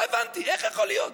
לא הבנתי איך יכול להיות.